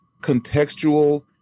contextual